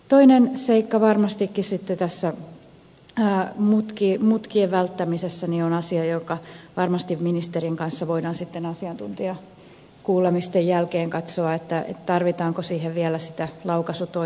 toinen seikka varmastikin tässä mutkien välttämisessä on asia joka varmasti ministerin kanssa voidaan asiantuntijakuulemisten jälkeen katsoa tarvitaanko siihen vielä laukaisutointa vai ei